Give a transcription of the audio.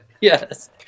Yes